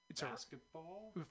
Basketball